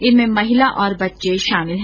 इनमें महिला और बच्चे भी शामिल है